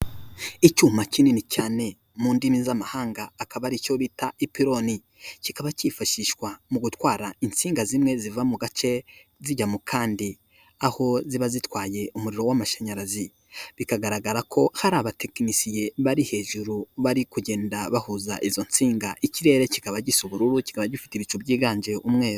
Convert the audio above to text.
Icyuma kinini cyane mu ndimi z'amahanga akaba aricyo bita ipironi kikaba cyifashishwa mu gutwara insinga zimwe ziva mu gace zijya mu kandi aho ziba zitwaye umuriro w'amashanyarazi, bikagaragara ko hari abatekinisiye bari hejuru bari kugenda bahuza izo nsinga ikirere kikaba gisa ubururu kikaba gifite ibicu byiganje umweru.